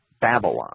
Babylon